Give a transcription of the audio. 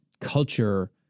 culture